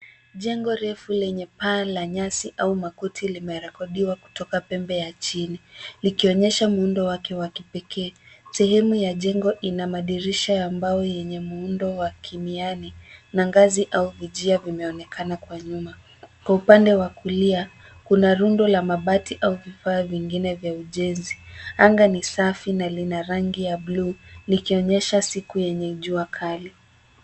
Jengo refu lenye paa la nyasi au makuti limerekodiwa kutoka pembe ya chini likionyesha muundo wake wa kipekee. Sehemu ya jengo ina madirisha ambayo yenye muundo wa kimiani, na ngazi au vijia vimeonekana kwa nyuma. Kwa upande wa kulia, kuna rundo ya mabati au vifaa vingine vya ujenzi. Anga ni safi na lina rangi ya bluu, likionyesha siku yenye jua kali.